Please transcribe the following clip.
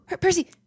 Percy